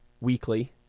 weekly